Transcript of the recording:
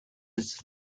its